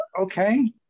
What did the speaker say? okay